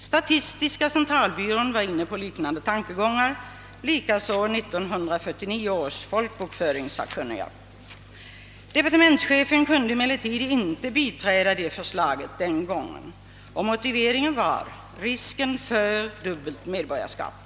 Statistiska centralbyrån var inne på liknande tankegångar, likaså 1949 års folkbokföringssakkunniga. Departementschefen kunde emellertid inte biträda förslaget den gången. Motiveringen var risken för s.k. dubbelt medborgarskap.